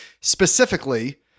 Specifically